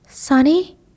Sonny